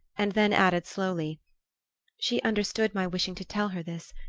and then added slowly she understood my wishing to tell her this.